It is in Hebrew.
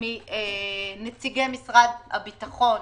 מנציגי משרד הביטחון,